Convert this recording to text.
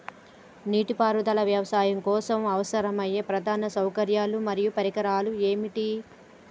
నీటిపారుదల వ్యవసాయం కోసం అవసరమయ్యే ప్రధాన సౌకర్యాలు మరియు పరికరాలు ఏమిటి?